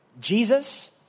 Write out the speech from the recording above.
Jesus